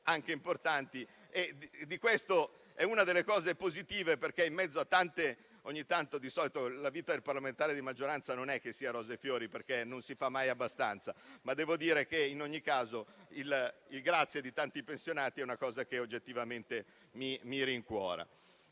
anche importanti. Questa è una delle cose positive. Di solito la vita del parlamentare di maggioranza non è che sia rose e fiori, perché non si fa mai abbastanza, ma devo dire che in ogni caso il ringraziamento di tanti pensionati è una cosa che oggettivamente mi rincuora.